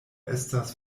estas